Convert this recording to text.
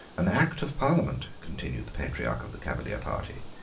an act of parliament, continued the patriarch of the cavalier party,